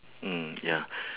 mm ya